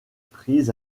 prises